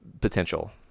potential